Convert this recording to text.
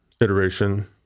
iteration